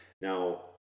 Now